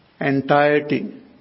entirety